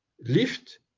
lift